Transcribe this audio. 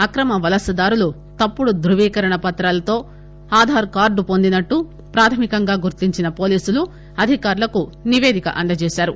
అక్రమ వలస దారులు తప్పుడు దృవీకరణ పత్రాలతో ఆధార్ కార్డు పొందినట్లు ప్రాథమికంగా గుర్తించిన పోలీసులు అధికారులకు నివేదిక అందజేశారు